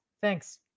thanks